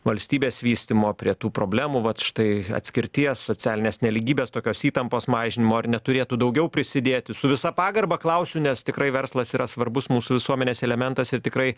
valstybės vystymo prie tų problemų vat štai atskirties socialinės nelygybės tokios įtampos mažinimo ar neturėtų daugiau prisidėti su visa pagarba klausiu nes tikrai verslas yra svarbus mūsų visuomenės elementas ir tikrai